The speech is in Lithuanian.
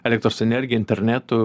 elektros energija internetu